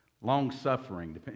long-suffering